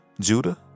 Judah